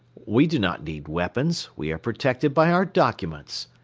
we do not need weapons. we are protected by our documents,